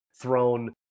thrown